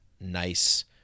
nice